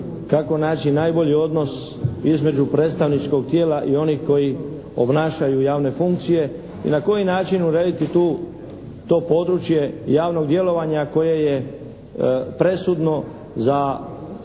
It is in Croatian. kako naći najbolji odnos između predstavničkog tijela i onih koji obnašaju javne funkcije? I na koji način urediti tu, to područje javnog djelovanja koje je presudno za